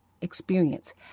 experience